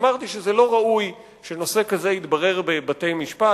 ואמרתי שזה לא ראוי שנושא כזה יתברר בבתי-משפט.